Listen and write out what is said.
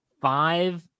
five